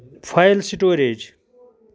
file storage